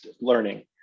learning